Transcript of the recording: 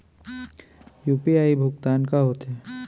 UPI भुगतान का होथे?